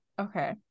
Okay